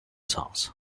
songs